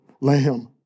lamb